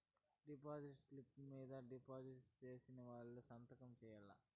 deposit స్లిప్పులు మీద deposit సేసినోళ్లు సంతకం సేయాల్ల